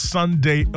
Sunday